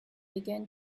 again